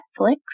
Netflix